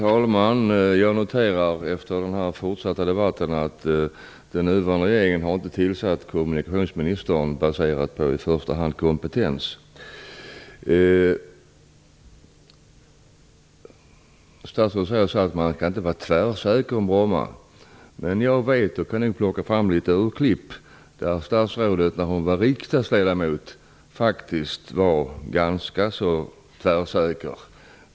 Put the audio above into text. Herr talman! Efter den fortsatta debatten noterar jag att den nuvarande regeringen inte har tillsatt kommunikationsministern i första hand baserat på kompetens. Statsrådet säger att man inte skall vara tvärsäker om Bromma. Men jag vet, och jag kan nog plocka fram litet urklipp där statsrådet faktisk var ganska tvärsäker när hon var riksdagsledamot.